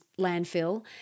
landfill